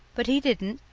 but he didn't.